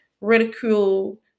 ridicule